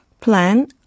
plan